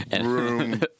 room